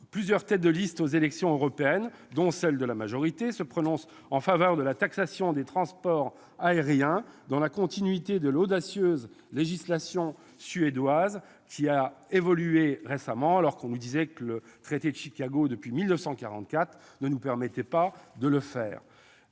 Plusieurs têtes de liste aux élections européennes, dont celle de la majorité gouvernementale, se prononcent en faveur de la taxation des transports aériens, dans la continuité de l'audacieuse législation suédoise, qui a évolué récemment. Or l'on nous disait que la convention de Chicago, signée en 1944, ne nous permettait pas de le faire